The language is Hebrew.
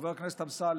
חבר הכנסת אמסלם.